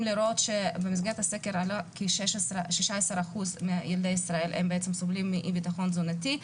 לראות שבמסגרת הסקר 16% מילדי ישראל סובלים מאי-ביטחון תזונתי.